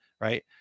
right